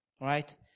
right